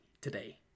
today